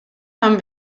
haben